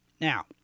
Now